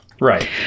Right